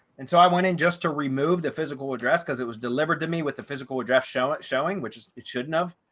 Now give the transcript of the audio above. and so i went in just to remove the physical address because it was delivered to me with the physical address show showing which it shouldn't have.